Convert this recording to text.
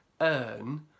earn